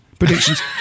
Predictions